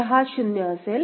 तर हा 0 असेल